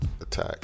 attack